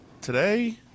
today